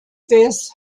this